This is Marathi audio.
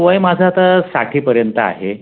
वय माझं आता साठीपर्यंत आहे